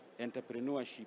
entrepreneurship